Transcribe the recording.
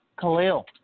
Khalil